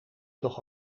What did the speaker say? toch